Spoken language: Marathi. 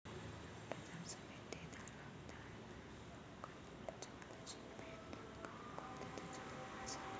बाजार समितीत दलाल लोक कास्ताकाराच्या मालाची बेइज्जती काऊन करते? त्याच्यावर उपाव सांगा